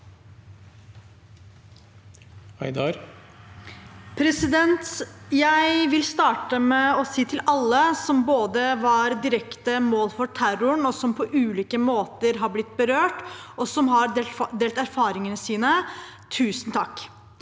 Jeg vil starte med å si til alle som både var direkte mål for terroren, og som på ulike måter har blitt berørt, og som har delt erfaringene sine: Tusen takk!